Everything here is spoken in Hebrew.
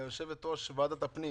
ליושבת-ראש ועדת הפנים